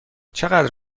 چقدر